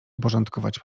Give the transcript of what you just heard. uporządkować